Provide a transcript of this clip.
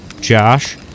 Josh